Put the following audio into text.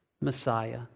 Messiah